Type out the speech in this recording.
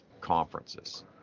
conferences